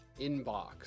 inbox